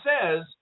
says